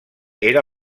era